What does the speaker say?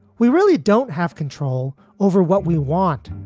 we really don't have control over what we want,